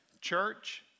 church